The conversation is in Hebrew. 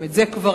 גם את זה ראיתי.